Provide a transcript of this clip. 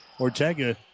Ortega